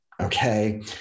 Okay